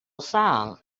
song